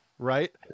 right